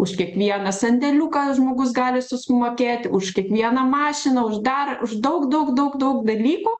už kiekvieną sandėliuką žmogus gali sumokėti už kiekvieną mašiną už dar už daug daug daug daug dalykų